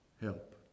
help